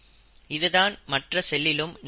இதுதான் மற்ற செல்லிலும் நிகழ்ந்திருக்கும்